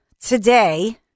today